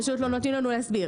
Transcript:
פשוט לא נותנים לנו להסביר.